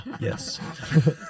Yes